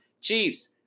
Chiefs